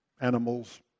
animals